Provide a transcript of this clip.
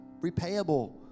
repayable